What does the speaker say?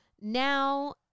now